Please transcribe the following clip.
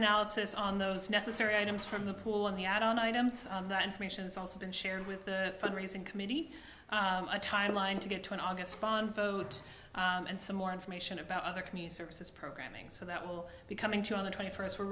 analysis on those necessary items from the pool on the add on items that information's also been shared with the fund raising committee a timeline to get to an august bond vote and some more information about other community services programming so that will be coming to on the twenty first we're